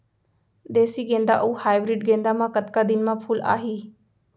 देसी गेंदा अऊ हाइब्रिड गेंदा म कतका दिन म फूल आही?